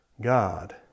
god